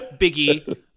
Biggie